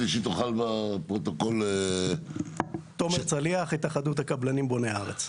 תומר צליח, התאחדות הקבלנים בוני הארץ.